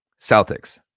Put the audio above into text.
Celtics